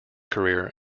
career